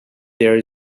there